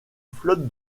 flotte